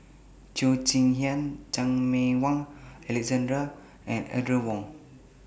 Cheo Chin Hiang Chan Meng Wah Alexander and Audrey Wong